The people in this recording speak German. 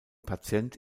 patient